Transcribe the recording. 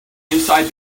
inside